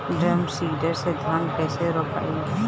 Drum seeder से धान कैसे रोपाई?